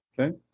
Okay